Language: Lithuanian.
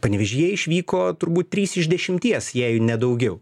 panevėžyje išvyko turbūt trys iš dešimties jei ne daugiau